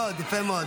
יפה מאוד, יפה מאוד.